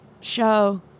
show